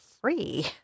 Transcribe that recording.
free